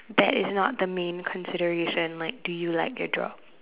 that is not the main consideration like do you like your job